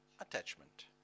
Attachment